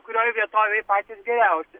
kurioj vietovėj patys geriausi